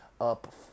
up